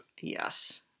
yes